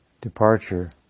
departure